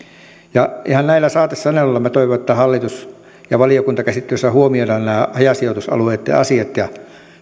ihan näillä saatesanoilla minä toivon että valiokuntakäsittelyssä huomioidaan nämä hajasijoitusalueitten asiat ja